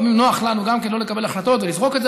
לפעמים נוח גם לנו לא לקבל החלטות ולזרוק את זה